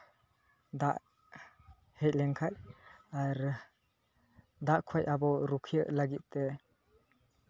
ᱫᱟᱜ ᱦᱮᱡ ᱞᱮᱱᱠᱷᱟᱡ ᱟᱨ ᱫᱟᱜ ᱠᱷᱚᱡ ᱟᱵᱚ ᱨᱩᱠᱷᱤᱭᱟᱹᱜ ᱞᱟᱹᱜᱤᱫ ᱛᱮ